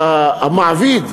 המעביד,